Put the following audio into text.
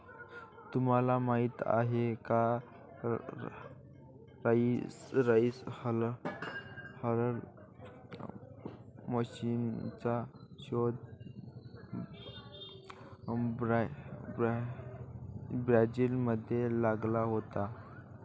तुम्हाला माहीत आहे का राइस हलर मशीनचा शोध ब्राझील मध्ये लागला होता